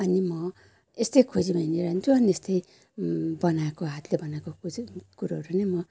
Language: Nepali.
अनि म यस्तै खोजीमा हिँडिरहन्छु अनि यस्तै बनाएको हातले बनाएको कुछ कुराहरू नै म